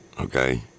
Okay